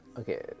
Okay